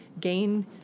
gain